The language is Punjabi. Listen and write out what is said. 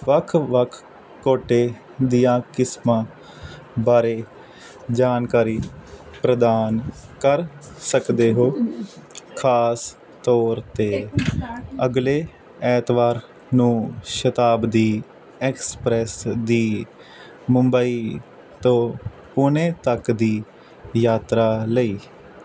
ਵੱਖ ਵੱਖ ਕੋਟੇ ਦੀਆਂ ਕਿਸਮਾਂ ਬਾਰੇ ਜਾਣਕਾਰੀ ਪ੍ਰਦਾਨ ਕਰ ਸਕਦੇ ਹੋ ਖਾਸ ਤੌਰ 'ਤੇ ਅਗਲੇ ਐਤਵਾਰ ਨੂੰ ਸ਼ਤਾਬਦੀ ਐਕਸਪ੍ਰੈਸ ਦੀ ਮੁੰਬਈ ਤੋਂ ਪੁਣੇ ਤੱਕ ਦੀ ਯਾਤਰਾ ਲਈ